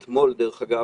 אתמול, דרך אגב,